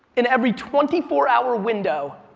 in every twenty four hour window,